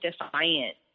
defiant